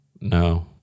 No